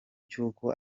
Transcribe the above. cy’uko